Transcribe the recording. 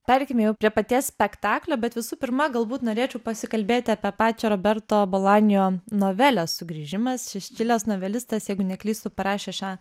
pereikim jau prie paties spektaklio bet visų pirma galbūt norėčiau pasikalbėti apie pačią roberto balanijo novelę sugrįžimas čia iš čilės novelistas jeigu neklystu parašė šią